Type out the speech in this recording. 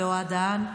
ואוהד דהן,